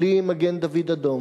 בלי מגן-דוד אדום,